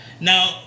Now